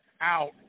out